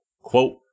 Quote